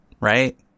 right